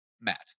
Matt